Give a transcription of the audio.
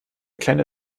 kleine